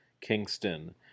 Kingston